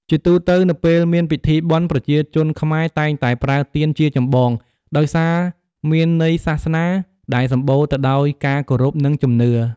ជាទូទៅ នៅពេលមានពិធីបុណ្យ ប្រជាជនខ្មែរតែងតែប្រើទៀនជាចម្បង ដោយសារមានន័យសាសនាដែលសម្បូរទៅដោយការគោរពនិងជំនឿ។